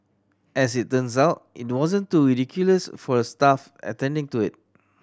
as it turns out it wasn't too ridiculous for the staff attending to it